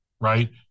right